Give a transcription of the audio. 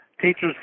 teachers